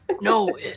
No